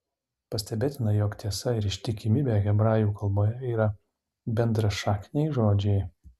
pastebėtina jog tiesa ir ištikimybė hebrajų kalboje yra bendrašakniai žodžiai